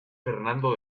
fernando